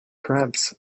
perhaps